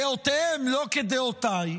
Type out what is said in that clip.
דעותיהם לא כדעותיי,